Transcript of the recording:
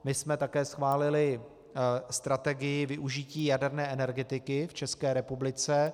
My jsme také schválili strategii využití jaderné energetiky v České republice.